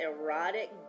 erotic